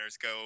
go